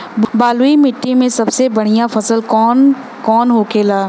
बलुई मिट्टी में सबसे बढ़ियां फसल कौन कौन होखेला?